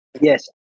Yes